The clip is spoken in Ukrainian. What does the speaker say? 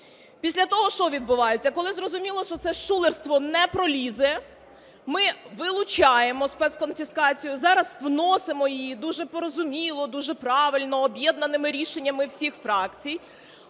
Після того, що відбувається. Коли зрозуміло, що це шулерство не пролізе, ми вилучаємо спецконфіскацію, зараз вносимо її дуже порозуміло, дуже правильно, об'єднаними рішеннями всіх фракцій,